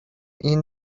این